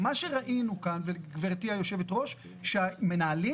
מה שראינו כאן, גברתי יושבת הראש, זה שהמנהלים